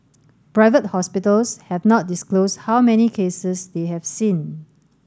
private hospitals have not disclosed how many cases they have seen